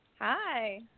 Hi